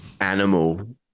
animal